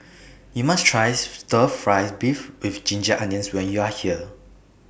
YOU must Try Stir Fry Beef with Ginger Onions when YOU Are here